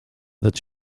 that